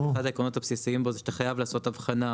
אחד העקרונות הבסיסיים בו הוא שחייב לעשות הבחנה,